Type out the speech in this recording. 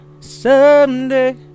Someday